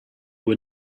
were